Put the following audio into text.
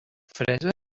fresa